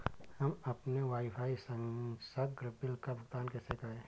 हम अपने वाईफाई संसर्ग बिल का भुगतान कैसे करें?